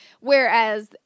Whereas